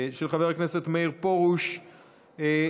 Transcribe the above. חינוך מיוחד (תיקון,